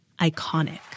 iconic